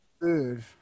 Food